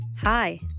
Hi